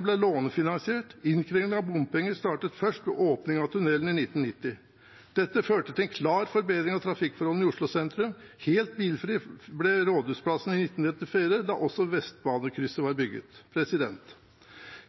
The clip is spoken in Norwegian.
ble lånefinansiert. Innkrevingen av bompenger startet først med åpningen av tunnelen i 1990. Dette førte til en klar forbedring av trafikkforholdene i Oslo sentrum. Helt bilfri ble Rådhusplassen i 1994, da også Vestbanekrysset var bygget.